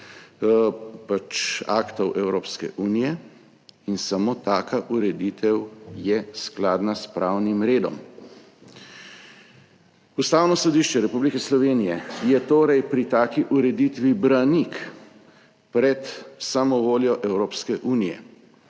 pač aktov Evropske unije in samo taka ureditev je skladna s pravnim redom. Ustavno sodišče Republike Slovenije je torej pri taki ureditvi branik pred samo voljo Evropske unije,